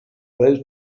welt